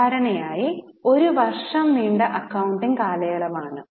സാധാരണയായി 1 വര്ഷം നീണ്ട അക്കൌണ്ടിംഗ് കാലയളവ് ആണ്